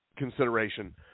consideration